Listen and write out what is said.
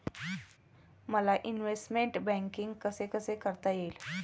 मला investment banking कसे कसे करता येईल?